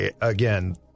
again